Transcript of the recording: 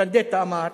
וֶנדֶטה אמר,